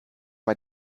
bei